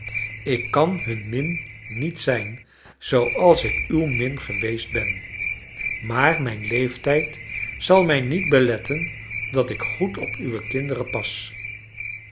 ik kan hunne min niet zijn zooals ik uw min geweest ben maar mijn leeftijd zal mij niet beletten dat ik goed op uwe kinderen pas